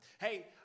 hey